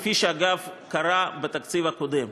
כפי שאגב קרה בתקציב הקודם,